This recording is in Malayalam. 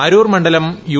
അരൂർ മണ്ഡലം യു